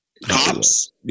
Cops